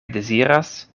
deziras